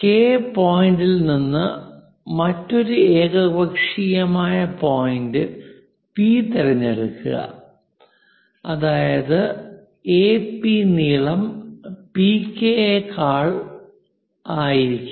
K പോയിന്റിൽ നിന്ന് മറ്റൊരു ഏകപക്ഷീയമായ പോയിന്റ് പി തിരഞ്ഞെടുക്കുക അതായത് എപി നീളം പികെ യേക്കാൾ തായിരിക്കണം